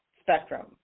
spectrum